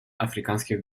африканских